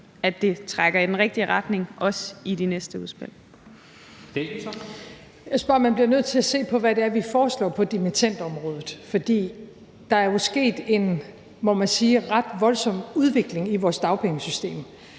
Statsministeren (Mette Frederiksen): Jeg synes bare, man bliver nødt til at se på, hvad det er, vi foreslår på dimittendområdet, for der er jo sket en, må man sige, ret voldsom udvikling i vores dagpengesystem,